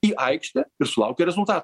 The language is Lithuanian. į aikštę ir sulaukia rezultatų